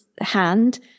hand